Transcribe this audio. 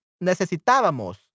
necesitábamos